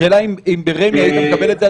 השאלה אם ברמ"י היית מקבל את זה,